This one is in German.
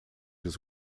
des